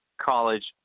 College